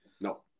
no